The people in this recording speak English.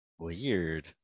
Weird